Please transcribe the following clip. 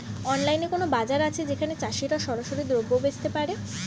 অনলাইনে কোনো বাজার আছে যেখানে চাষিরা সরাসরি দ্রব্য বেচতে পারে?